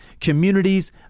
communities